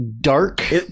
dark